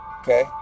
Okay